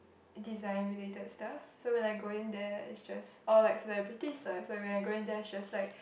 design related stuff so when I go in there it's just or like celebrity stars so when I go in there it's just like